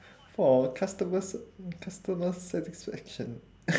for customer sat~ customer satisfaction